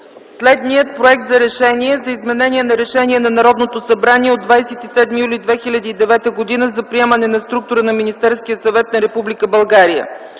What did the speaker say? следния проект за „РЕШЕНИЕ за изменение Решение на Народното събрание от 27 юли 2009 г. за приемане на структура на Министерския съвет на Република България